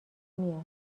میاد